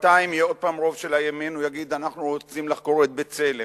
חבר הכנסת עתניאל שנלר,